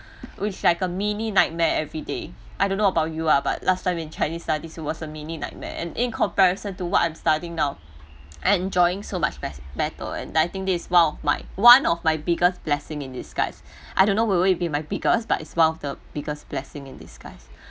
which like a mini nightmare everyday I don't know about you ah but last time in chinese studies it was a mini nightmare and in comparison to what I'm study now enjoying so much be~ better and I think this is one of my one of my biggest blessing in disguise I don't know will it be my biggest but it's one of the biggest blessing in disguise